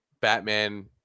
batman